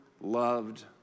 loved